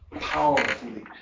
powerfully